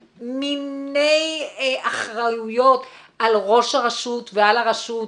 מיני אחריות על ראש הרשות ועל הרשות,